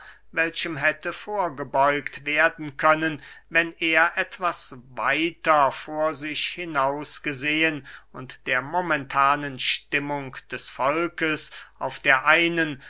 welchem hätte vorgebeugt werden können wenn er etwas weiter vor sich hinausgesehen und der momentanen stimmung des volkes auf der einen